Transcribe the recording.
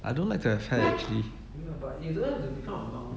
I don't like to have hair actually